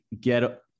get